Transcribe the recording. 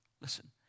Listen